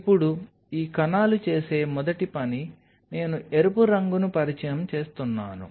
ఇప్పుడు ఈ కణాలు చేసే మొదటి పని నేను ఎరుపు రంగును పరిచయం చేస్తున్నాను